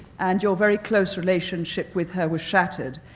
and your very close relationship with her was shattered,